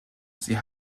sie